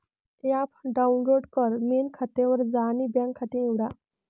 app download कर, main खात्यावर जा आणि बँक खाते निवडा